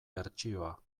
bertsioa